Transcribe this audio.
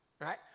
right